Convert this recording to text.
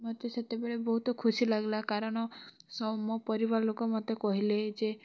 ମୋତେ ସେତେବେଳେ ବହୁତ ଖୁସି ଲାଗଲା କାରଣ ସ ମୋ ପରିବାର ଲୋକ ମୋତେ କହିଲେ ଯେ